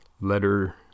letter